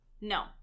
No